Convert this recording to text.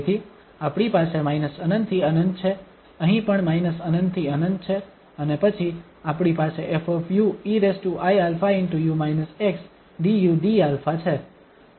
તેથી આપણી પાસે −∞ થી ∞ છે અહીં પણ −∞ થી ∞ છે અને પછી આપણી પાસે 𝑓 eiα du dα છે